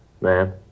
Man